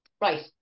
Right